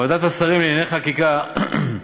ועדת השרים לענייני חקיקה, אני